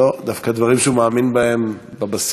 לא, דווקא דברים שהוא מאמין בהם בבסיס,